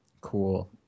Cool